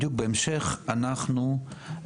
בדיוק בהמשך אנחנו,